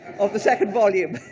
of the second volume,